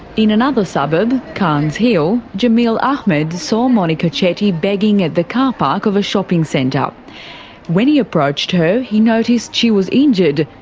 in another suburb, carnes hill, jameel ahmed saw monika chetty begging at the car park of a shopping centre. when he approached her, he noticed she was injured,